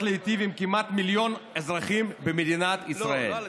להיטיב עם כמעט מיליון אזרחים במדינת ישראל.